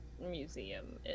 museum